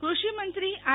કૃષિ મંત્રી આર